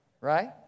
right